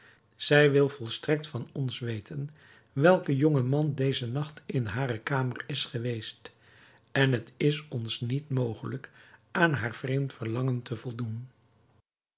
zij wil volstrekt van ons weten welke jonge man dezen nacht in hare kamer is geweest en het is ons niet mogelijk aan haar vreemd verlangen te voldoen